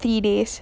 three days